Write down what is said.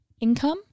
income